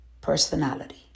personality